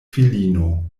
filino